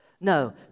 No